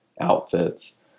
outfits